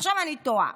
עכשיו אני תוהה: